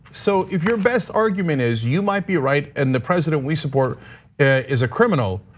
so if your best argument is, you might be right and the president we support is a criminal.